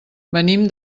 venim